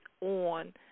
on